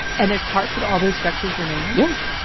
and there's parts of all those structures remain. yes.